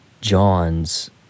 John's